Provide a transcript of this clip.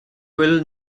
will